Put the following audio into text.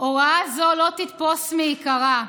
הוראה זו לא תתפוס מעיקרה,